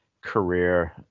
career